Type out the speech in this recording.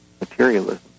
materialism